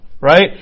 right